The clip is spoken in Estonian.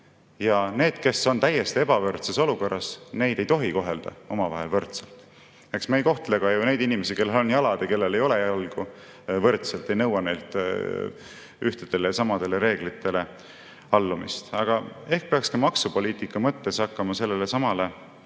aga neid, kes on täiesti ebavõrdses olukorras, ei tohi kohelda omavahel võrdselt. Me ei kohtle ju ka neid inimesi, kellel on jalad, ja neid, kellel ei ole jalgu, võrdselt ega nõua neilt ühtedele ja samadele reeglitele allumist. Aga ehk peaks ka maksupoliitika mõttes hakkama sellelesamale